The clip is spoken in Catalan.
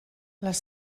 les